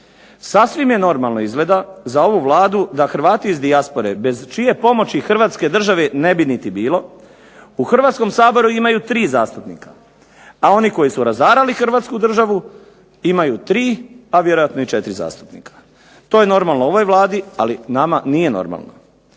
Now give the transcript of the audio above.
Sasvim je normalno izgleda za ovu Vladu da Hrvati iz dijaspore bez čije pomoći Hrvatske države ne bi niti bilo u Hrvatskom saboru imaju 3 zastupnika, a oni koji su razarali Hrvatsku državu imaju 3 a vjerojatno i 4 zastupnika. To je normalno ovoj Vladi, ali nama nije normalno.